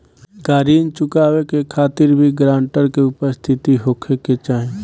का ऋण चुकावे के खातिर भी ग्रानटर के उपस्थित होखे के चाही?